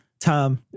Tom